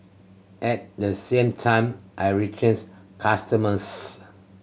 at the same time I retains customers